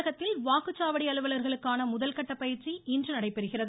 தமிழகத்தில் வாக்குச்சாவடி அலுவலர்களுக்கான முதல் கட்ட பயிற்சி இன்று நடைபெறுகிறது